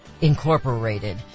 Incorporated